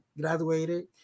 graduated